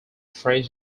french